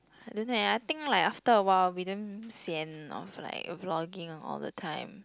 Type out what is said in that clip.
I don't know leh I think like after a while I'll be damn sian of like of vlogging all the time